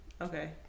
Okay